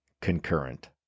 concurrent